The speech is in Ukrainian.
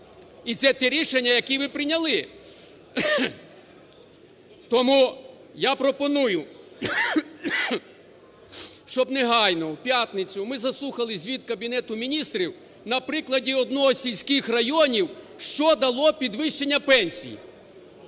І це ті рішення, які ви прийняли. Тому я пропоную, щоб негайно, у п'ятницю, ми заслухали звіт Кабінету Міністрів на прикладі одного з сільських районів, що дало підвищення пенсій,